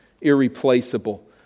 irreplaceable